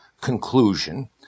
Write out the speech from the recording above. conclusion